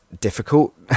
difficult